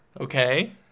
Okay